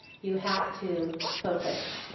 you have to focus.